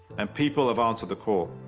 and people have answered the call.